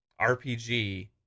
RPG